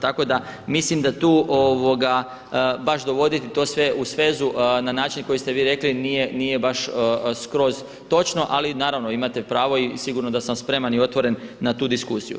Tako da mislim da tu baš dovoditi to sve u svezu na način koji ste vi rekli nije baš skroz točno ali naravno imate pravo i sigurno da sam spreman i otvoren na tu diskusiju.